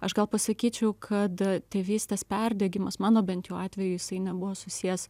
aš gal pasakyčiau kad tėvystės perdegimas mano bent jau atveju jisai nebuvo susijęs